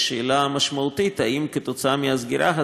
יש שאלה משמעותית: האם בשל הסגירה,